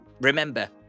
Remember